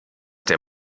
der